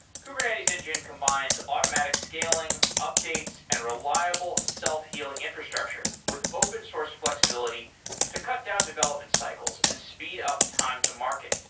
kubernetes engine combines automatic scaling, updates and reliable self-healing infrastructure with open-source flexibility to cut down development cycles and speed up time to market.